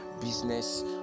business